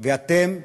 ואתם נכשלים.